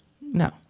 no